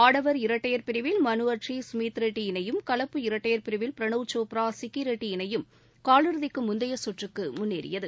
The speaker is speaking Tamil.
ஆடவர் இரட்டையர் பிரிவில் மனுஅட்ரி சுமீத் ரெட்டி இணையும் கலப்பு இரட்டையர் பிரிவில் பிரனவ் சோப்ரா சிக்கிரெட்டி இணையும் காலிறுதிக்குமுந்தையசுற்றுக்குமுன்னேறியது